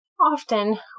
Often